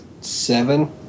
seven